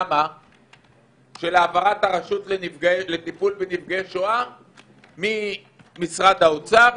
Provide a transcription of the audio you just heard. של העברת הרשות לטיפול בניצולי שואה ממשרד האוצר